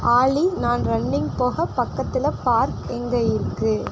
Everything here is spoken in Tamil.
ஆலி நான் ரன்னிங் போக பக்கத்தில் பார்க் எங்கே இருக்குது